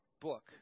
book